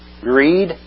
greed